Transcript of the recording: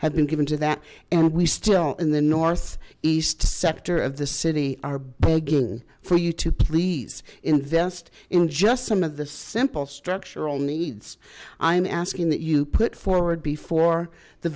had been given to that and we still in the north east sector of the city are begging for you to please invest in just some of the simple structural needs i'm asking that you put forward before the